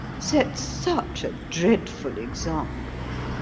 sets such a dreadful example.